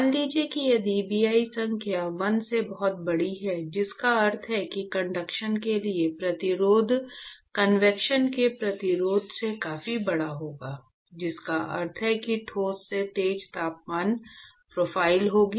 मान लीजिए कि यदि Bi संख्या 1 से बहुत बड़ी है जिसका अर्थ है कि कंडक्शन के लिए प्रतिरोध कन्वेक्शन के प्रतिरोध से काफी बड़ा होगा जिसका अर्थ है कि ठोस में तेज तापमान प्रोफ़ाइल होगी